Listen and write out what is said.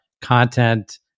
content